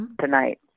tonight